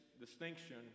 distinction